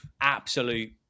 absolute